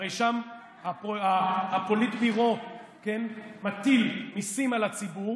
הרי שם הפוליטביורו מטיל מיסים על הציבור